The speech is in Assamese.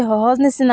কৰি